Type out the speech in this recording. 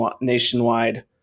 nationwide